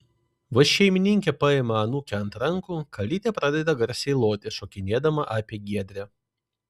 vos šeimininkė paima anūkę ant rankų kalytė pradeda garsiai loti šokinėdama apie giedrę